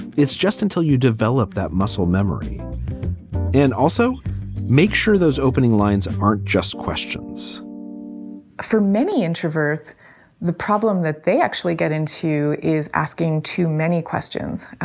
it's just until you develop that muscle memory and also make sure those opening lines aren't just questions for many introverts the problem that they actually get into is asking too many questions.